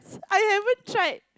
I haven't tried